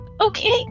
Okay